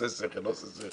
עושה שכל, לא עושה שכל.